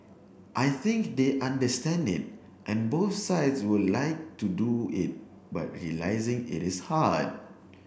I think they understand it and both sides would like to do it but realising it is hard